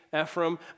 Ephraim